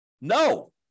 No